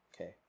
Okay